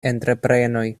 entreprenoj